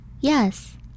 Yes